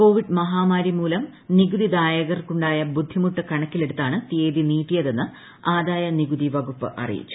Covid മഹാമാരി മൂലം നികുതിദായകർക്കുണ്ടായ ബുദ്ധിമുട്ട് കണക്കിലെടുത്താണ് തീയതി നീട്ടിയതെന്ന് ആദായനികുതി വകുപ്പ് അറിയിച്ചു